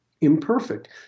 imperfect